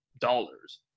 dollars